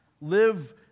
live